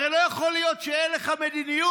הרי לא יכול להיות שאין לך מדיניות.